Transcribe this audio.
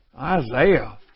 Isaiah